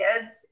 kids